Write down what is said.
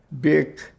big